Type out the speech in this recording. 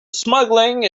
smuggling